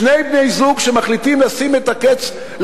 שני בני-זוג שמחליטים לשים קץ,